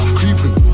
creeping